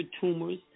tumors